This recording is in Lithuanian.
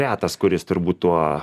retas kuris turbūt tuo